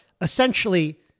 essentially